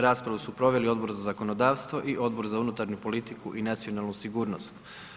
Raspravu su proveli Odbor za zakonodavstvo i Odbor za unutarnju politiku i nacionalnu sigurnost.